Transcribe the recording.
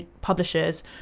publishers